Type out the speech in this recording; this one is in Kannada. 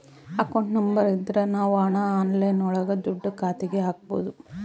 ಅಕೌಂಟ್ ನಂಬರ್ ಇದ್ರ ನಾವ್ ಹಣ ಆನ್ಲೈನ್ ಒಳಗ ದುಡ್ಡ ಖಾತೆಗೆ ಹಕ್ಬೋದು